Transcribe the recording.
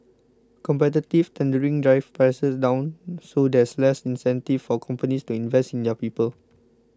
competitive tendering drives prices down so there's less incentive for companies to invest in their people